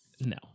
No